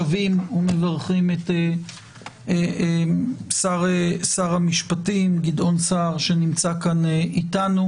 אנחנו שבים ומברכים את שר המשפטים גדעון סער שנמצא כאן איתנו.